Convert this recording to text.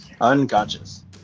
UNCONSCIOUS